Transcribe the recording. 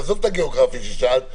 נעזוב את החלוקה הגיאוגרפית שעליה שאלת,